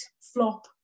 flop